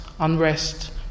Unrest